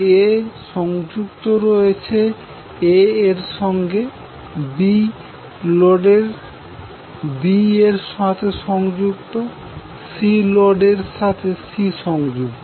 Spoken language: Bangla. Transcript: A সংযুক্ত রয়েছে A এর সঙ্গে B লোডের B এর সাথে সংযুক্ত C লোডের এর সাথে C সংযুক্ত